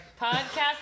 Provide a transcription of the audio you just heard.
Podcast